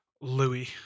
louis